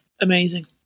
amazing